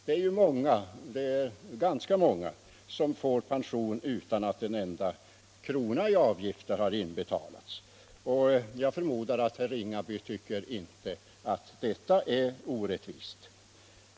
Det 107 är ganska många som får pension utan att en enda krona i avgifter har inbetalats, och jag förmodar att herr Ringaby inte tycker att det är orättvist.